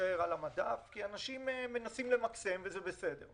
להישאר על המדף, כי אנשים מנסים למקסם, וזה בסדר.